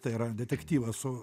tai yra detektyvas su